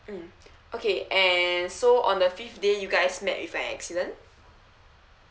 mm okay and so on the fifth day you guys met with an accident